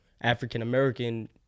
African-American